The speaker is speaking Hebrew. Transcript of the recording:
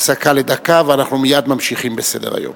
הפסקה לדקה, ואנחנו מייד ממשיכים בסדר-היום.